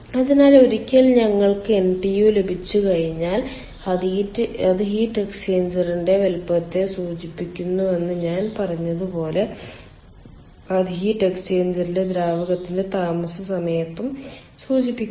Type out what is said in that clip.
അതിനാൽ ഒരിക്കൽ ഞങ്ങൾക്ക് NTU ലഭിച്ചുകഴിഞ്ഞാൽ അത് ഹീറ്റ് എക്സ്ചേഞ്ചറിന്റെ വലുപ്പത്തെ സൂചിപ്പിക്കുന്നുവെന്ന് ഞാൻ പറഞ്ഞതുപോലെ അത് ഹീറ്റ് എക്സ്ചേഞ്ചറിലെ ദ്രാവകത്തിന്റെ താമസ സമയത്തെയും സൂചിപ്പിക്കുന്നു